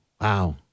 Wow